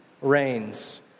reigns